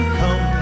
come